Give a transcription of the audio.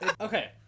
okay